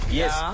yes